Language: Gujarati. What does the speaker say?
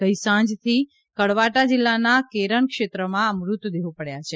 ગઈ સાંજથી કળવાટા જીલ્લાના કેરન ક્ષેત્રમાં આ મૃતદેહો પડયા છે